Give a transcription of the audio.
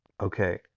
okay